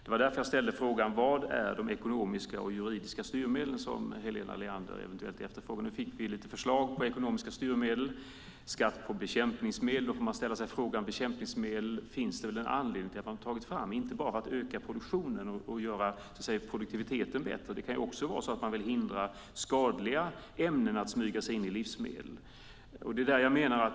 Det var därför jag frågade vilka de ekonomiska och juridiska styrmedel är som Helena Leander eventuellt efterfrågade. Nu fick vi förslag på ekonomiska styrmedel, till exempel skatt på bekämpningsmedel. Då kan man fråga sig om det inte finns en anledning till att bekämpningsmedel har tagits fram, inte bara att öka produktionen och göra produktiviteten bättre. Det kan också vara fråga om att hindra skadliga ämnen att smyga sig in i livsmedel.